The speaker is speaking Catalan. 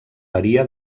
varia